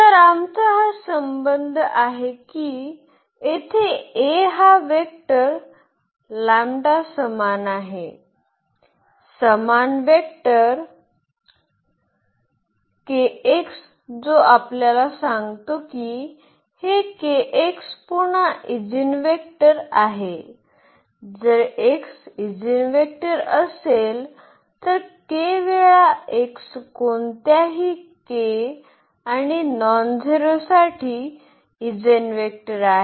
तर आमचा हा संबंध आहे की येथे A हा वेक्टर समान आहे समान वेक्टर kx जो आपल्याला सांगतो की हे kx पुन्हा ईजीनवेक्टर आहे जर x इजीनवेक्टर असेल तर k वेळा x कोणत्याही k आणि नॉनझेरोसाठी ईजीनवेक्टर आहे